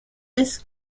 hesse